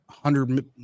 hundred